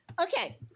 Okay